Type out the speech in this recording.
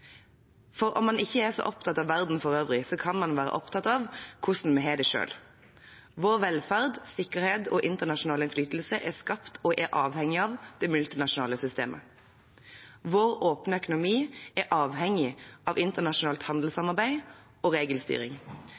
For om man ikke er så opptatt av verden for øvrig, kan man være opptatt av hvordan man har det selv. Vår velferd, sikkerhet og internasjonale innflytelse er skapt og er avhengig av det multinasjonale systemet. Vår åpne økonomi er avhengig av internasjonalt handelssamarbeid og regelstyring.